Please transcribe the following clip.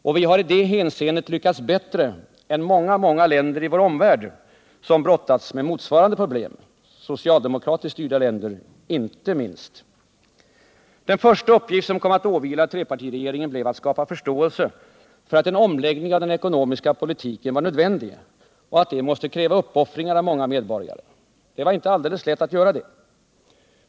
Och vi har i det hänseendet lyckats bättre än många länder i vår omvärld som brottats med motsvarande problem — inte minst socialdemokratiskt styrda länder. Den första uppgift som kom att åvila trepartiregeringen blev att skapa förståelse för att en omläggning av den ekonomiska politiken var nödvändig och att detta måste komma att kräva uppoffringar av många medborgare. Det var inte alldeles lätt att göra det.